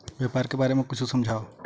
व्यापार के बारे म कुछु समझाव?